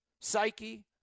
psyche